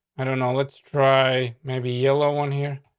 i don't know. let's try maybe yellow one here.